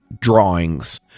drawings